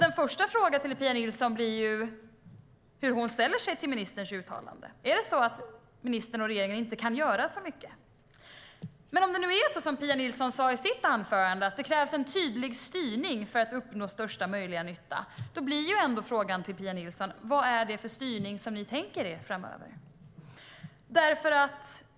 Den första frågan till Pia Nilsson blir hur hon ställer sig till ministerns uttalande. Är det så att ministern och regeringen inte kan göra så mycket? Om det nu är så som Pia Nilsson sa i sitt anförande, att det krävs en tydlig styrning för att uppnå största möjliga nytta, blir frågan till Pia Nilsson: Vad är det för styrning som ni tänker er framöver?